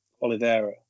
Oliveira